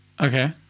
Okay